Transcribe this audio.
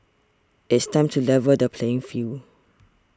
it's time to level the playing field